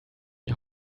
die